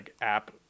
app